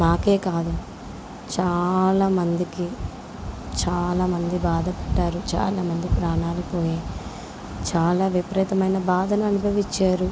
మాకే కాదు చాలా మందికి చాలామంది బాధపెట్టారు చాలామంది ప్రాణాలు పోయాయి చాలా విపరీతమైన బాధను అనుభవించారు